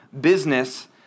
business